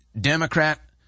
Democrat